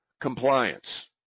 compliance